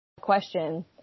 question